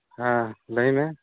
ᱦᱮᱸ ᱞᱟᱹᱭ ᱢᱮ